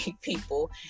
people